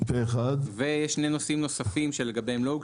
מי בעד?